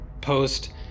post